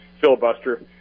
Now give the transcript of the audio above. filibuster